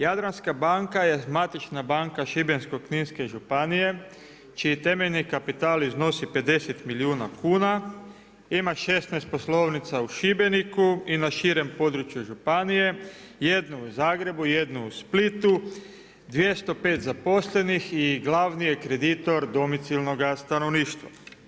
Jadranska banka je matična banka Šibensko-kninske županije, čiji temeljni kapital iznosi 50 milijuna kuna, ima 16 poslovnica u Šibeniku i na širem području županije, jednu u Zagrebu, jednu u Splitu, 205 zaposlenih, i glavni je kreditor domicilnoga stanovništva.